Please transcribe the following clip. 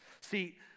See